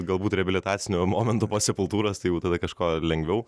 galbūt reabilitacinio momento po sepultūros tai jau tada kažko lengviau